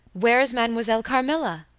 where is mademoiselle carmilla?